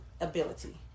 ability